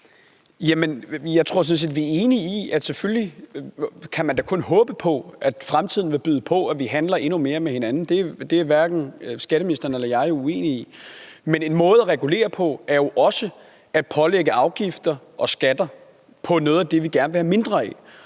set, at vi er enige om, at man selvfølgelig kun kan håbe på, at fremtiden vil byde på, at vi handler endnu mere med hinanden. Det er hverken skatteministeren eller jeg uenige om, men en måde at regulere på er jo også at pålægge afgifter og skatter på noget af det, vi gerne vil have mindre af.